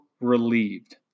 Relieved